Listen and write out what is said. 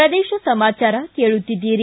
ಪ್ರದೇಶ ಸಮಾಚಾರ ಕೇಳುತ್ತೀದ್ದಿರಿ